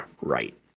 right